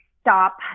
stop